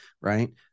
right